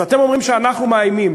אז אתם אומרים שאנחנו מאיימים,